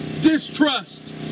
Distrust